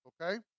okay